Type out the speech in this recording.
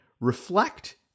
reflect